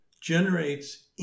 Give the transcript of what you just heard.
generates